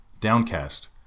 downcast